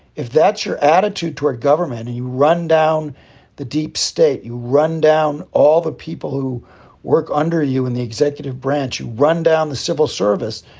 if that's your attitude toward government, and you run down the deep state, you run down all the people who work under you and the executive branch run down the civil service.